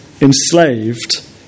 enslaved